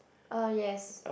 uh yes